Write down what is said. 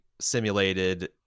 simulated